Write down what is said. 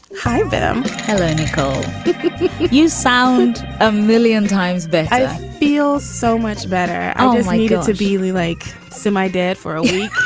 hi, i'm nicole you sound a million times, but i feel so much better. i want you to be like so my dad for a week,